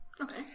Okay